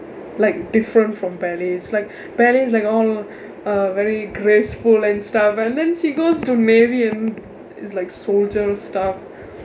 like different from ballet it's like ballet is like oh err very graceful and stubborn then she goes to navy and it's like soldiers stuff